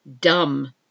Dumb